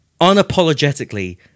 unapologetically